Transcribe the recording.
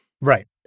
Right